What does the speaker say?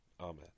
Amen